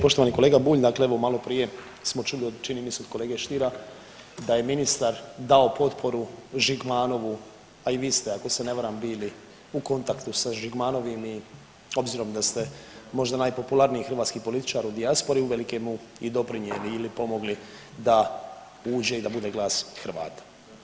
Poštovani kolega Bulj, dakle evo maloprije smo čuli od, čini mi se, kolege Stiera da je ministar dao potporu Žigmanovu, a i vi ste, ako se ne varam bili u kontaktu sa Žigmanovim i obzirom da ste možda najpopularniji hrvatski političar u dijaspori, uvelike mu i doprinijeli ili pomogli da uđe i da bude glas i Hrvata.